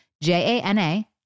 J-A-N-A